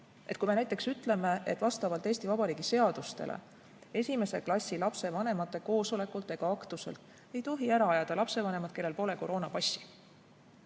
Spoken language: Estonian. Kui me näiteks ütleme, et vastavalt Eesti Vabariigi seadustele esimese klassi lapsevanemate koosolekult ega aktuselt ei tohi ära ajada lapsevanemaid, kellel pole koroonapassi,